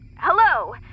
hello